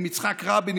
עם יצחק רבין,